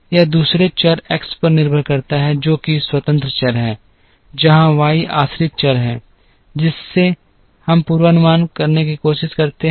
अब यह दूसरे चर x पर निर्भर करता है जो कि स्वतंत्र चर है जहां y आश्रित चर है जिसे हम पूर्वानुमान करने की कोशिश कर रहे हैं